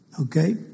Okay